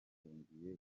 bahungiye